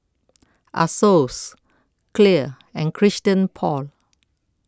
Asos Clear and Christian Paul